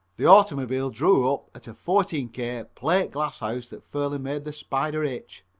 the automobile drew up at a fourteen k. plate-glass house that fairly made the spider itch.